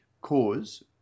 cause